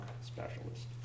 specialist